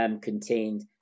contained